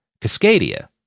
Cascadia